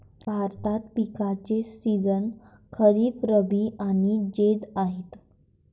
भारतात पिकांचे सीझन खरीप, रब्बी आणि जैद आहेत